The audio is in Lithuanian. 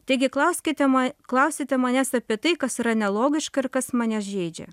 taigi klauskite ma klausiate manęs apie tai kas yra nelogiška ir kas mane žeidžia